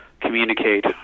communicate